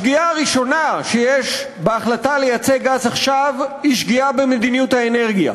השגיאה הראשונה שיש בהחלטה לייצא גז עכשיו היא שגיאה במדיניות האנרגיה.